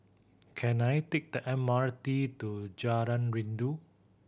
can I take the M R T to Jalan Rindu